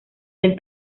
del